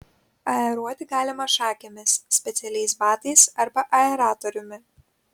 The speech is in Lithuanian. aeruoti galima šakėmis specialiais batais arba aeratoriumi